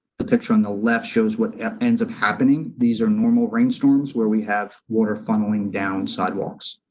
the picture on the left shows what ends up happening. these are normal rainstorms where we have water funneling down sidewalks.